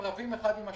רבים אחד עם השני,